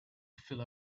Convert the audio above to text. fill